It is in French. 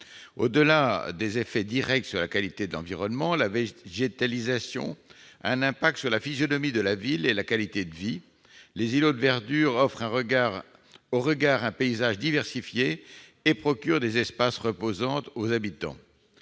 Au-delà de ses effets directs sur la qualité de l'environnement, la végétalisation a un impact sur la physionomie de la ville et la qualité de vie : les îlots de verdure offrent au regard un paysage diversifié et procurent des espaces reposants aux habitants.